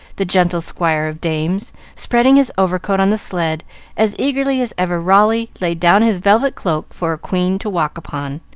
the gentle squire of dames, spreading his overcoat on the sled as eagerly as ever raleigh laid down his velvet cloak for a queen to walk upon.